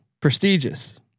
prestigious